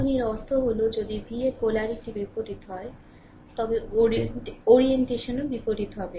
এখন এর অর্থ হল যদি v এর পোলারিটি বিপরীত হয় তবে ওরিয়েন্টেশনও বিপরীত হবে